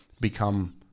become